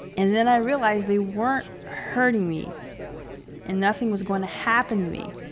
and then i realized they weren't hurting me and nothing was going to happen to me.